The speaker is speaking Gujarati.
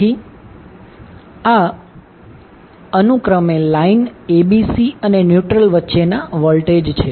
તેથી આ અનુક્રમે લાઇન abc અને ન્યુટ્રલ વચ્ચેના વોલ્ટેજ છે